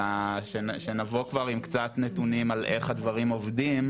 אלא שנבוא כבר עם קצת נתונים על איך הדברים עובדים,